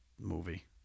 movie